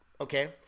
okay